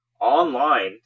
online